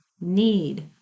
need